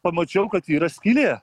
pamačiau kad yra skylė